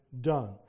done